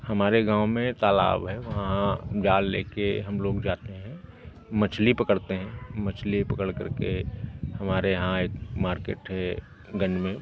हमारे गाँव में एक तालाब है वहाँ जाल ले के हम लोग जाते हैं मछली पकड़ते हैं मछली पकड़ करके हमारे यहाँ एक मार्केट हैं बन में